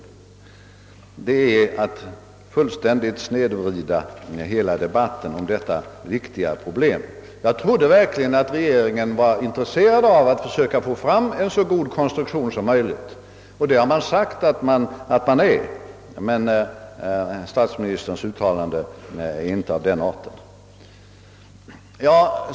Det är att fullständigt snedvrida hela debatten om detta viktiga spörsmål. Jag hoppades verkligen att regeringen skulle vara intresserad av att försöka skapa en så god konstruktion som möjligt — det har man sagt att man är — men statsministerns uttalande är inte av den arten.